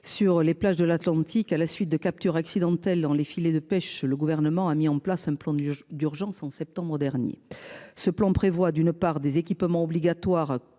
sur les plages de l'Atlantique à la suite de captures accidentelles dans les filets de pêche. Le gouvernement a mis en place un plan d'urgence en septembre dernier. Ce plan prévoit d'une part des équipements obligatoires